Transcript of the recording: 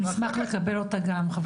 אני אשמח לקבל אותה גם, חבר הכנסת שיין.